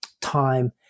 time